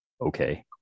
okay